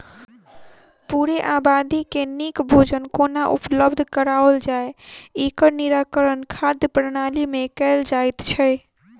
पूरे आबादी के नीक भोजन कोना उपलब्ध कराओल जाय, एकर निराकरण खाद्य प्रणाली मे कयल जाइत छै